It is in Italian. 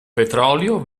petrolio